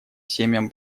семьям